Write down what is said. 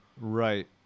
Right